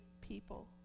people